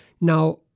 Now